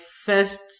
first